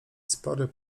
spory